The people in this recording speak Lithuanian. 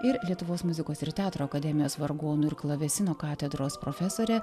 ir lietuvos muzikos ir teatro akademijos vargonų ir klavesino katedros profesorė